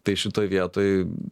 tai šitoj vietoj